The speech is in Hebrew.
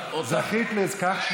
זו שרת המשפטים שלך,